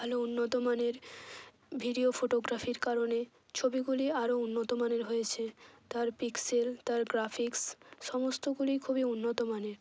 ভালো উন্নত মানের ভিডিও ফোটোগ্রাফির কারণে ছবিগুলি আরো উন্নত মানের হয়েছে তার পিক্সেল তার গ্রাফিক্স সমস্তগুলি খুবই উন্নতমানের